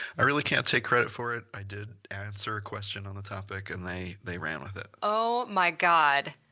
i really can't take credit for it. i did answer a question on the topic and they they ran with it. oh my god.